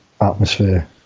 atmosphere